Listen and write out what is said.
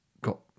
got